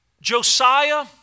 Josiah